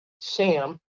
Sam